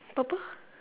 purple